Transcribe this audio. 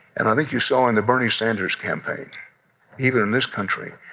and i think you saw in the bernie sanders campaign even in this country.